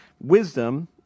wisdom